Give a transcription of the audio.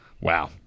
Wow